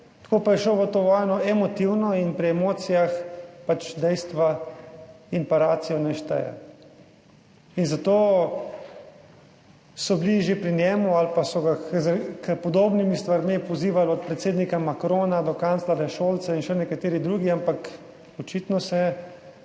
tako pa je šel v to vojno emotivno in pri emocijah dejstva in pa racijo, ne šteje. In zato so bili že pri njemu ali pa so ga k podobnimi stvarmi pozivali od predsednika Macrona do kanclerja Scholza in še nekateri drugi, ampak očitno se